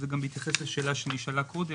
זה גם מתייחס לשאלה שנשאלה קודם,